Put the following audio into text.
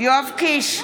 יואב קיש,